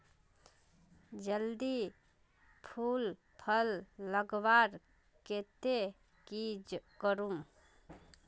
जल्दी फूल फल लगवार केते की करूम?